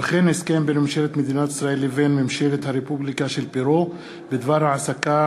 וכן הסכם בין ממשלת מדינת ישראל לבין ממשלת הרפובליקה של פרו בדבר העסקה